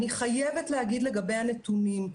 אני חייבת להגיד לגבי הנתונים.